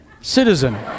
citizen